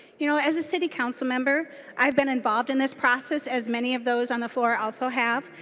you know as a city council member i've been involved in this process as many of those on the floor also have.